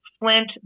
Flint